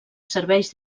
serveis